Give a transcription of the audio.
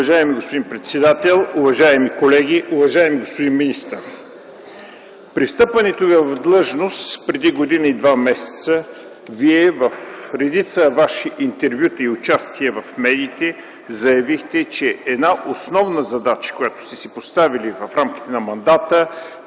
Уважаеми господин председател, уважаеми колеги! Уважаеми господин министър, при встъпването Ви в длъжност преди година и два месеца в редица Ваши интервюта и участия в медиите заявихте, че една основна задача, която сте си поставили в рамките на мандата,